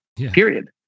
Period